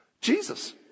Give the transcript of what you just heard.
Jesus